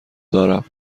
دارم